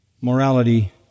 morality